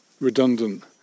redundant